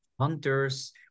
hunters